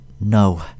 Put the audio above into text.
No